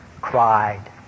cried